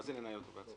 מה זה לנהל אותו בעצמה?